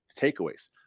takeaways